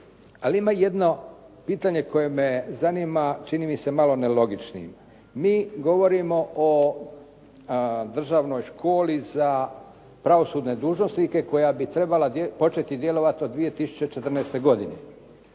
Ali ima jedno pitanje koje me zanima, čini mi se malo nelogičnim. Mi govorimo o državnoj školi za pravosudne dužnosnike koja bi trebala početi djelovati od 2014. godine.